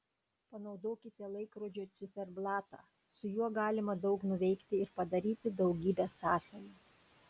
panaudokite laikrodžio ciferblatą su juo galima daug nuveikti ir padaryti daugybę sąsajų